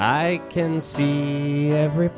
i can see every